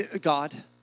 God